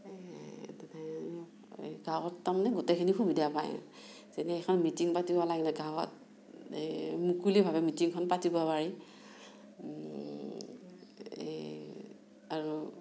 গাঁৱত তাৰমানে গোটেইখিনি সুবিধা পায় যেনে এখন মিটিং পাতিব লাগিলে গাঁৱত এই মুকলিভাৱে মিটিংখন পাতিব পাৰি এই আৰু